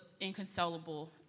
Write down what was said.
inconsolable